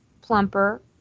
plumper